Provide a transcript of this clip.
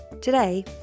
Today